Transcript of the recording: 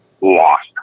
lost